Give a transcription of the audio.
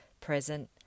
present